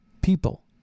people